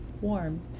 warm